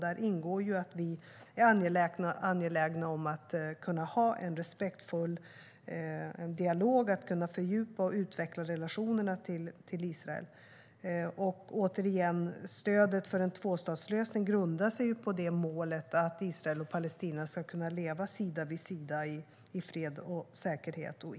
Där ingår att vi är angelägna om att kunna ha en respektfull dialog och att kunna fördjupa och utveckla relationerna till Israel. Återigen: Stödet för en tvåstatslösning grundar sig på målet att Israel och Palestina ska kunna leva sida vid sida i fred och säkerhet.